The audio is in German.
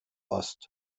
ost